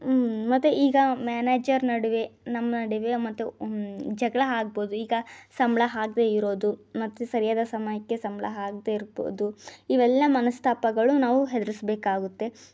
ಮತ್ತೆ ಈಗ ಮ್ಯಾನೇಜರ್ ನಡುವೆ ನಮ್ಮ ನಡುವೆ ಮತ್ತು ಜಗಳ ಆಗ್ಬೋದು ಈಗ ಸಂಬಳ ಆಗ್ದೇ ಇರೋದು ಮತ್ತೆ ಸರಿಯಾದ ಸಮಯಕ್ಕೆ ಸಂಬಳ ಆಗ್ದೇ ಇರ್ಬೋದು ಇವೆಲ್ಲ ಮನಸ್ತಾಪಗಳು ನಾವು ಎದುರಿಸ್ಬೇಕಾಗುತ್ತೆ